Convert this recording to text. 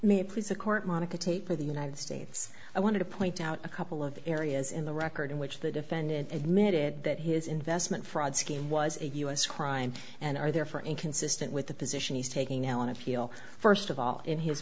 it please the court monica tate for the united states i want to point out a couple of areas in the record in which the defendant admitted that his investment fraud scheme was a us crime and are there for inconsistent with the position he's taking now on appeal first of all in his